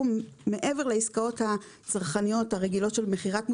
מעבר לעסקאות הצרכניות הרגילות של מכירת מוצרים,